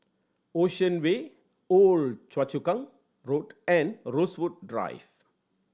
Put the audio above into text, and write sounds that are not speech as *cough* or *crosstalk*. Ocean Way *unintelligible* Choa Chu Kang Road and Rosewood Drive